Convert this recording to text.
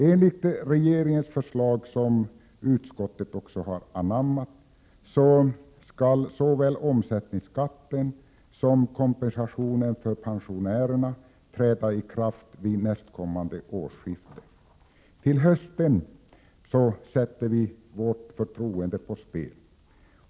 Enligt regeringens förslag, vilket utskottet också har anammat, skall såväl omsättningsskatten som kompensationen för pensionärerna träda i kraft vid kommande årsskifte. Till hösten sätter vi vårt förtroende på spel.